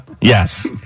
Yes